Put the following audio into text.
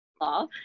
law